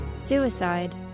Suicide